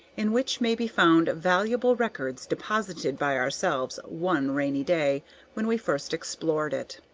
in which may be found valuable records deposited by ourselves one rainy day when we first explored it.